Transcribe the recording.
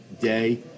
day